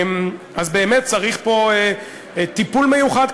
אז באמת צריך פה טיפול מיוחד.